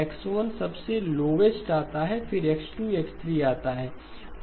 X1 सबसे lowest आता है फिरX2 X3 आता है